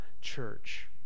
church